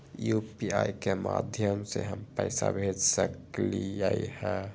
UPI के माध्यम से हम पैसा भेज सकलियै ह?